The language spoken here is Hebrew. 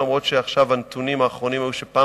אף-על-פי שעכשיו הנתונים האחרונים היו שפעם